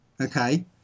okay